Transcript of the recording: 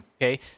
Okay